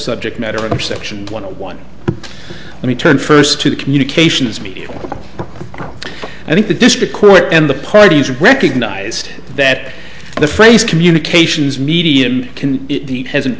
subject matter of perception one let me turn first to the communications me i think the district court and the parties recognize that the phrase communications medium can hasn't